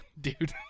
dude